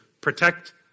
protect